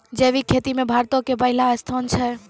जैविक खेती मे भारतो के पहिला स्थान छै